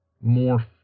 more